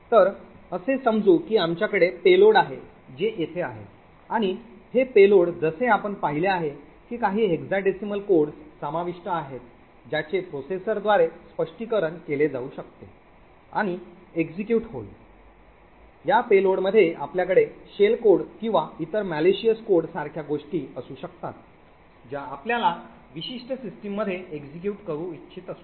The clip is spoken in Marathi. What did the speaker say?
तर असे समजू की आमच्याकडे payload आहे जे येथे आहे आणि हे payload जसे आपण पाहिले आहे की काही hexadecimal codes समाविष्ट आहेत ज्याचे processor द्वारे स्पष्टीकरण केले जाऊ शकते आणि execute होईल या payload मध्ये आपल्याकडे shell code किंवा इतर malicious code सारख्या गोष्टी असू शकतात ज्या आपल्याला विशिष्ट सिस्टीममध्ये execute करू इच्छित असु